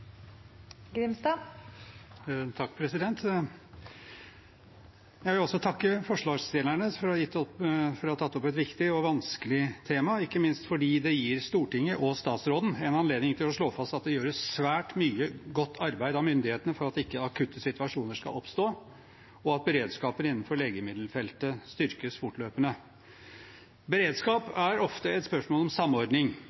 Jeg vil også takke forslagsstillerne for å ha tatt opp et viktig – og vanskelig – tema, ikke minst fordi det gir Stortinget og statsråden en anledning til å slå fast at det gjøres svært mye godt arbeid av myndighetene for at ikke akutte situasjoner skal oppstå, og at beredskapen innenfor legemiddelfeltet styrkes fortløpende.